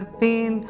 pain